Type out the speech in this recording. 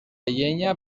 llenya